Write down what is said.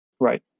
right